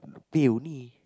the pay only